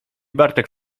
bartek